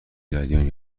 جریان